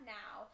now